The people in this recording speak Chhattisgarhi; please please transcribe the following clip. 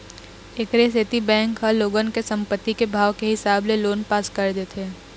एखरे सेती बेंक ह लोगन के संपत्ति के भाव के हिसाब ले लोन पास कर देथे